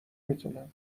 میتونم